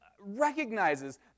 recognizes